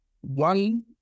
one